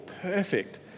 perfect